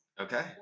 Okay